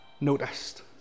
noticed